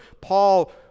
Paul